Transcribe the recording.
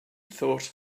thought